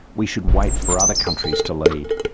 we should wait for other countries to lead.